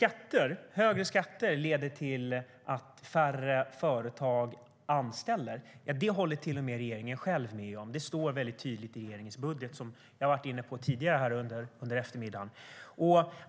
Att högre skatter leder till att färre företag anställer håller till och med regeringen själv med om. Det står väldigt tydligt i regeringens budget, som jag varit inne på tidigare under eftermiddagen.